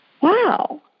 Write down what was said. Wow